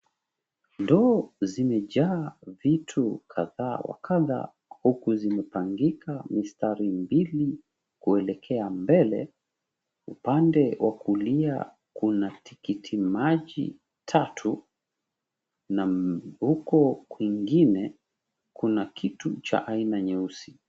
Ndoo zimejaa vitu kadha wa kadha, huku zimepangika mistari mbili kuelekea mbele. Upande wa kulia kuna tikiti maji tatu, na huku kwingine kuna kitu cha aina nyeusi.